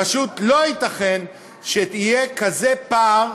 פשוט לא ייתכן שיהיה כזה פער,